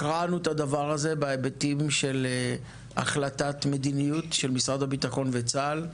הכרענו את הדבר הזה בהיבטים של החלטת מדיניות של משרד הביטחון וצה"ל.